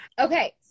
Okay